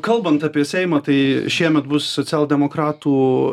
kalbant apie seimą tai šiemet bus socialdemokratų